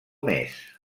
més